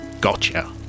Gotcha